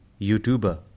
YouTuber